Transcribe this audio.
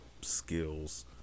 skills